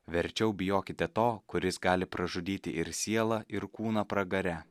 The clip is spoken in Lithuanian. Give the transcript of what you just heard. verčiau bijokite to kuris gali pražudyti ir sielą ir kūną pragare